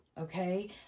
okay